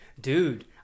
Dude